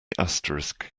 asterisk